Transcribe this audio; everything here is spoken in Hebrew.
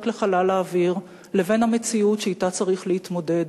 לחלל האוויר לבין המציאות שאתה צריך להתמודד,